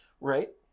Right